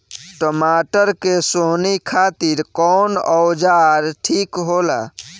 टमाटर के सोहनी खातिर कौन औजार ठीक होला?